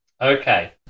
Okay